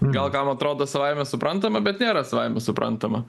gal kam atrodo savaime suprantama bet nėra savaime suprantama